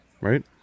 Right